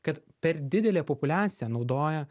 kad per didelė populiacija naudoja